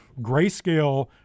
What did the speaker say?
Grayscale